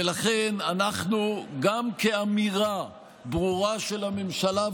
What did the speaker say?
ולכן גם כאמירה ברורה של הממשלה,